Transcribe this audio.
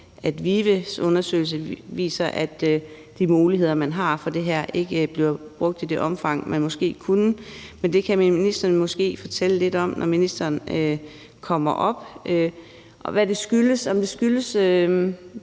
at VIVEs undersøgelse viser, at de muligheder, man har for det her, ikke bliver brugt i det omfang, man måske kunne. Men det kan ministeren måske fortælle lidt om, når han kommer herop, altså hvad det skyldes. Som jeg mener